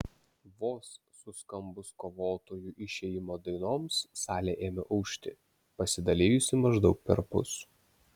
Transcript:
vos suskambus kovotojų išėjimo dainoms sale ėmė ūžti pasidalijusi maždaug perpus